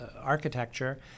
architecture